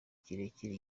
kirekire